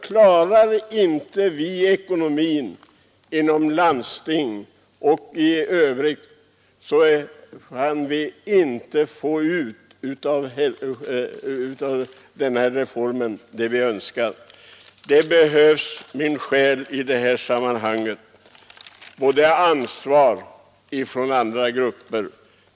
Klarar vi inte ekonomin inom landstingen och i övrigt, kan vi av denna reform inte få ut vad vi önskat. Det behövs min själ i det sammanhanget ansvar från alla grupper!